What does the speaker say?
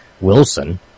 Wilson